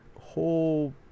whole